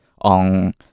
on